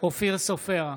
אופיר סופר,